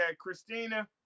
christina